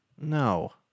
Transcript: No